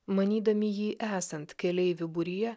manydami jį esant keleivių būryje